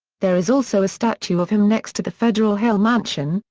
there is also a statue of him next to the federal hill mansion,